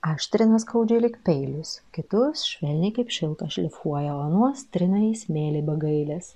aštrina skaudžiai lyg peiliais kitus švelniai kaip šiltą šlifuoja o anuos trina į smėlį be gailės